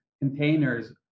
containers